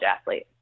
athlete